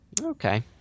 Okay